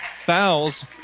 fouls